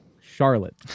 Charlotte